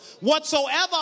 whatsoever